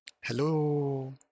Hello